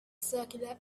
circular